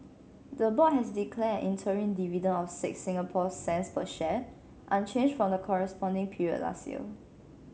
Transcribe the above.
the board has declared interim dividend of six Singapore cents per share unchanged from the corresponding period last year